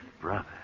brother